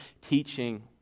teaching